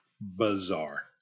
Bizarre